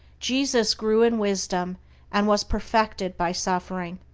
jesus grew in wisdom and was perfected by suffering.